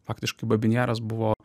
faktiškai babyn jaras buvo